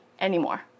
anymore